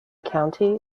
county